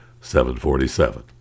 747